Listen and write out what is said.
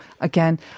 again